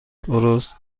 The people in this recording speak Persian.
درست